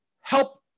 help